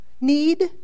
need